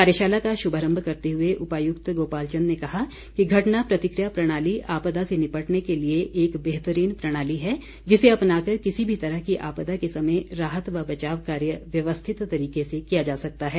कार्यशाला का शुभारम्भ करते हुए उपायुक्त गोपाल चंद ने कहा कि घटना प्रतिक्रिया प्रणाली आपदा से निपटने के लिए एक बेहतरीन प्रणाली है जिसे अपनाकर किसी भी तरह की आपदा के समय राहत व बचाव कार्य व्यवस्थित तरीके से किया जा सकता है